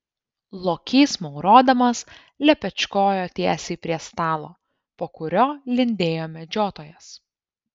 lokys maurodamas lepečkojo tiesiai prie stalo po kuriuo lindėjo medžiotojas